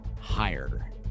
higher